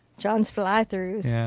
john's fly throughs. yeah.